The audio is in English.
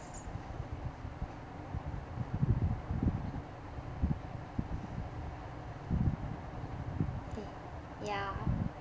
ya